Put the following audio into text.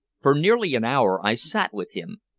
for nearly an hour i sat with him,